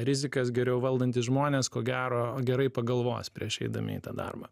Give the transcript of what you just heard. rizikas geriau valdantys žmonės ko gero gerai pagalvos prieš eidami į tą darbą